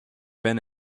been